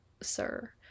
sir